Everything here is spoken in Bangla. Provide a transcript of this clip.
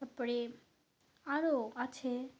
তারপরে আরো আছে